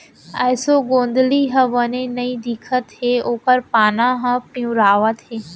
एसों गोंदली ह बने नइ दिखत हे ओकर पाना ह पिंवरावत हे